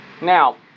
Now